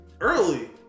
Early